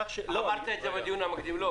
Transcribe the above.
אמרת את זה בדיון המקדים.